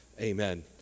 Amen